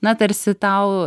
na tarsi tau